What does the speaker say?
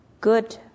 good